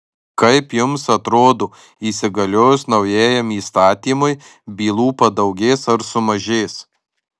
kaip jums atrodo įsigaliojus naujajam įstatymui bylų padaugės ar sumažės